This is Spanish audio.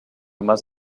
más